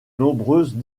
nombreuses